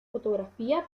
fotografía